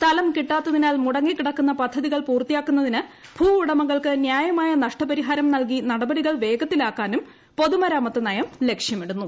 സ്ഥലം കിട്ടാത്തതിനാൽ മുടങ്ങിക്കിടക്കുന്ന പദ്ധതികൾ പൂർത്തിയാക്കുന്നതിന് ഭൂവുടമകൾക്ക് ന്യായമായ നഷ്ടപരിഹാരം നൽകി നടപടികൾ വേഗത്തിലാക്കാനും പൊതുമരാമത്ത് നയം ലക്ഷ്യമിടുന്നു